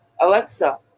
Alexa